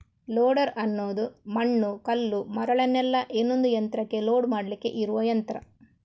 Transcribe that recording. loader ಅನ್ನುದು ಮಣ್ಣು, ಕಲ್ಲು, ಮರಳನ್ನೆಲ್ಲ ಇನ್ನೊಂದು ಯಂತ್ರಕ್ಕೆ ಲೋಡ್ ಮಾಡ್ಲಿಕ್ಕೆ ಇರುವ ಯಂತ್ರ